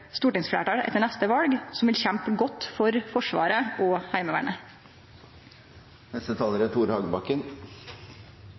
stortingsfleirtal etter neste val som vil kjempe godt for Forsvaret og Heimevernet.